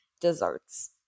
desserts